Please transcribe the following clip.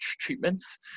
treatments